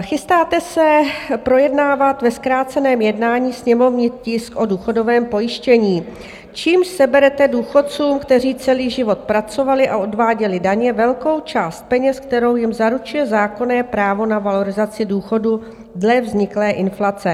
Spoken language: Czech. Chystáte se projednávat ve zkráceném jednání sněmovní tisk o důchodovém pojištění, čímž seberete důchodcům, kteří celý život pracovali a odváděli daně, velkou část peněz, kterou jim zaručuje zákonné právo na valorizaci důchodu dle vzniklé inflace.